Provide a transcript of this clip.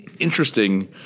interesting